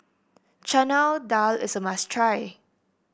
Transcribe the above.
Chana Dal is a must try